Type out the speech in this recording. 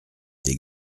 des